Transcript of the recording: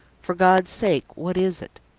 for god's sake, what is it?